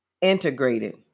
integrated